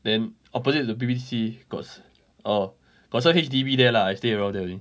then opposite the B_B_D_C got err got some H_D_B there lah I stay around there only